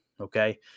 okay